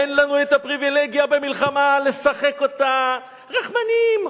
אין לנו הפריווילגיה במלחמה לשחק אותה רחמנים,